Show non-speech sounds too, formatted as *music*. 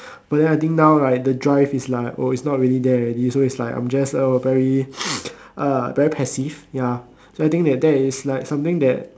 but then I think now like the drive is like oh it's not really there already so it's like I'm just oh very *noise* uh very passive ya so I think that that is like something that